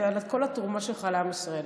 ועל כל התרומה שלך לעם ישראל.